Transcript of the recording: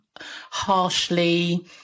harshly